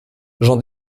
j’en